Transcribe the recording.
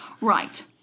Right